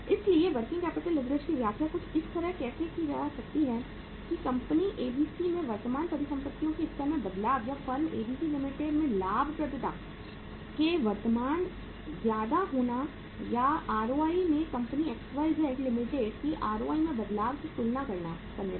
इसलिए working capital leverage की व्याख्या कुछ इस तरह कैसे किया जा सकता है कि कंपनी एबीसी के वर्तमान परिसंपत्तियों के स्तर में बदलाव या फर्म एबीसी लिमिटेड में लाभप्रदता के परिवर्तन ज्यादा होना या ROI में company X Y Z limited की आर ओ वाई में बदलाव से तुलना करने पर